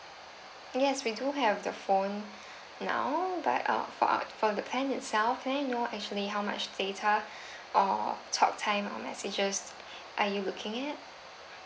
yes we do have the phone now but uh for uh for the plan itself may I know actually how much data or talk time or messages are you looking at